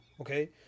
okay